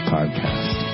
Podcast